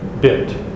bit